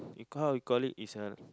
we call how you call it is a